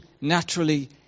naturally